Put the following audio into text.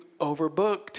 overbooked